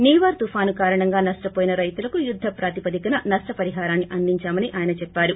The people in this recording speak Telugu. నివర్ తుపాను కారణంగా నష్ణవోయిన రైతులకు యుద్ద ప్రాతిపధికన నష్ణ పరిహారాన్ని అందిందామని ఆయన చెప్పారు